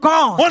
God